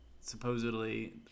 supposedly